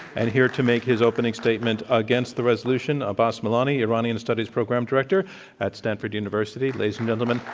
and here to make his opening statement against the resolution, abbas milani, iranian studies program director at stanford university. ladies and gentlemen,